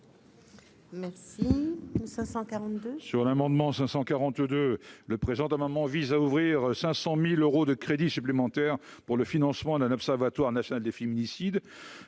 Merci pour 542. Sur l'amendement 542 le président maman vise à ouvrir 500000 euros de crédits supplémentaires pour le financement d'un observatoire national des féminicides